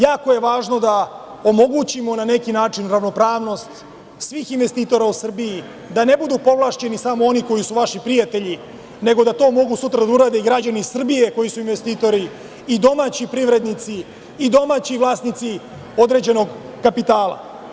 Jako je važno da omogućimo na neki način ravnopravnost svih investitora u Srbiji, da ne budu povlašćeni samo oni koji su vaši prijatelji, nego da to mogu sutra da urade i građani Srbije koji su investitori, domaći privrednici i domaći vlasnici određenog kapitala.